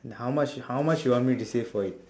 how much how much you want me to save for you